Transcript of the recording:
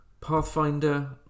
Pathfinder